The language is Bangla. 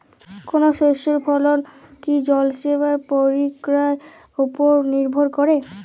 কোনো শস্যের ফলন কি জলসেচ প্রক্রিয়ার ওপর নির্ভর করে?